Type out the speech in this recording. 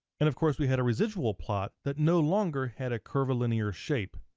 and of course we had a residual plot that no longer had a curvilinear shape.